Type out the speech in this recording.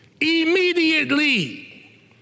Immediately